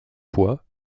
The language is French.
fois